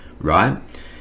right